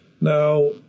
Now